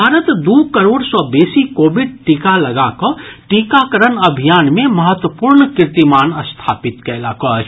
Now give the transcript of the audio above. भारत दू करोड़ सॅ बेसी कोविड टीका लगा कऽ टीकाकरण अभियान मे महत्वपूर्ण कीर्तिमान स्थापित कयलक अछि